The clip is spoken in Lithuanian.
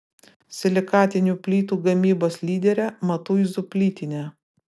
silikatinių plytų gamybos lyderė matuizų plytinė